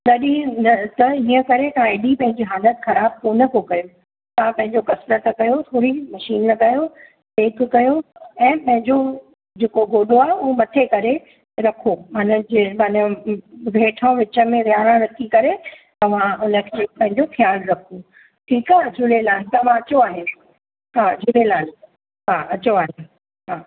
तॾहिं त हीअं करे तव्हां एॾी पंहिंजी हालत ख़राब कोन को कयो तव्हां पंहिंजो कसरत कयो थोरी मशीन लॻायो सेक कयो ऐं पंहिंजो जेको गोॾो आहे उहो मथे करे रखो माना जीअं माने हेठां विच में विहाणो रखी करे तव्हां उनखे पंहिंजो ख़्यालु रखो ठीकु आहे झूलेलाल तव्हां अचो हाणे हा झूलेलाल हा अचो हाणे हा